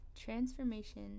Transformation